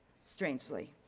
strangely.